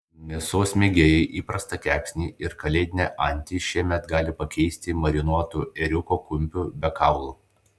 mėsos mėgėjai įprastą kepsnį ar kalėdinę antį šiemet gali pakeisti marinuotu ėriuko kumpiu be kaulų